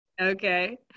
Okay